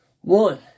One